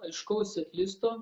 aiškaus setlisto